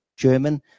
German